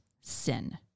sin